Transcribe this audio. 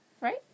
right